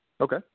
Okay